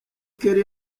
kelly